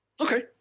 Okay